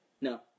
No